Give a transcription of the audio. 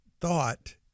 thought